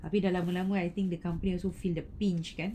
habis dah lama-lama kan I think the company also feel the pinch kan